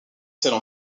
celle